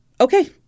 Okay